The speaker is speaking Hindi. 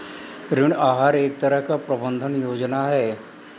ऋण आहार एक तरह की प्रबन्धन योजना है